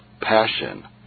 passion